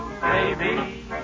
Baby